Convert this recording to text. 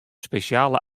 spesjale